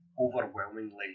overwhelmingly